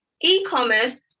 e-commerce